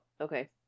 okay